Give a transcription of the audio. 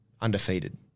undefeated